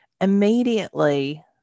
Immediately